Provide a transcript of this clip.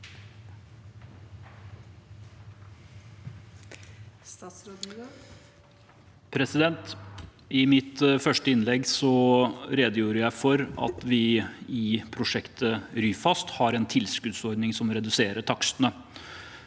I mitt første innlegg redegjorde jeg for at vi i prosjektet Ryfast har en tilskuddsordning som reduserer takstene.